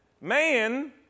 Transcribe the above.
Man